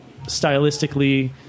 stylistically